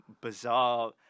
bizarre